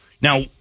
Now